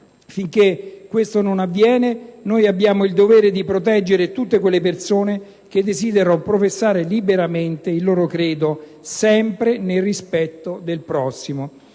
Finché questo non avviene, noi abbiamo il dovere proteggere tutte quelle persone che desiderano professare liberamente il proprio credo, sempre nel rispetto del prossimo.